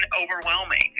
overwhelming